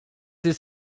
jest